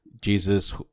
Jesus